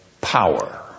power